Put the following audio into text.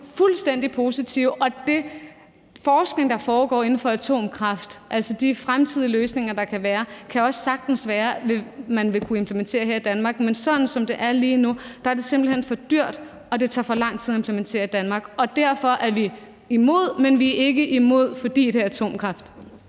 fuldstændig positive, og hvad angår den forskning, der foregår inden for atomkraft, og de fremtidige løsninger, der kan være, så kan det også sagtens være, at man vil kunne implementere det her i Danmark. Men som det er lige nu, er det simpelt hen for dyrt, og det tager for lang tid at implementere i Danmark. Derfor er vi imod, men vi er ikke imod, fordi det er atomkraft.